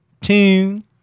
Tune